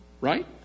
Right